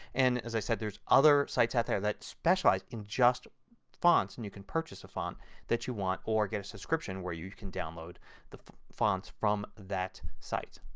and as i said there are other sites out there that specialize in just fonts. and you can purchase a font that you want or get a subscription where you can download the fonts from that site.